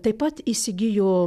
taip pat įsigijo